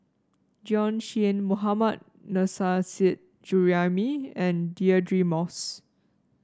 Bjorn Shen Mohammad Nurrasyid Juraimi and Deirdre Moss